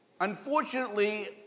unfortunately